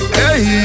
hey